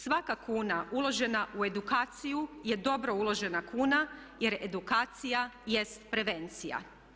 Svaka kuna uložena u edukaciju je dobro uložena kuna, jer edukacija jest prevencija.